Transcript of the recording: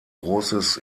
großes